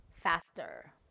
faster